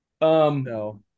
no